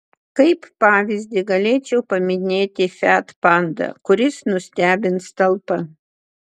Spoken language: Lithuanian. kaip pavyzdį galėčiau paminėti fiat panda kuris nustebins talpa